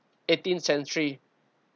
eighteenth century